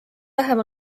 vähem